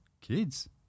Kids